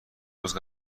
روز